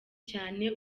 cyane